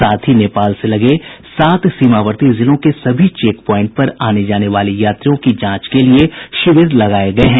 साथ ही नेपाल से लगे सात सीमावर्ती जिलों के सभी चेक प्वाइंट पर आने जाने वाले यात्रियों की जांच के लिये विशेष शिविर लगाये गये हैं